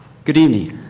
good evening,